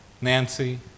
Nancy